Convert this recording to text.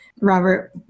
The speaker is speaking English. Robert